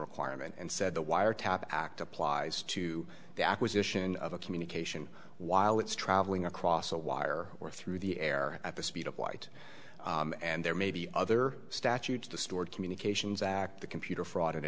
requirement and said the wiretap act applies to the acquisition of a communication while it's traveling across a wire or through the air at the speed of light and there may be other statutes the stored communications act the computer fraud and